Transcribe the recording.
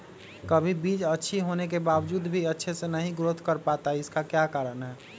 कभी बीज अच्छी होने के बावजूद भी अच्छे से नहीं ग्रोथ कर पाती इसका क्या कारण है?